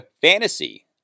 Fantasy